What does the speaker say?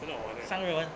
很好玩 eh